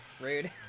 Rude